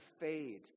fade